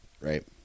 right